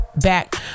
back